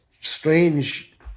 strange